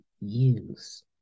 use